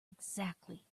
exactly